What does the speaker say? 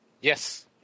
Yes